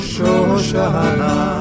Shoshana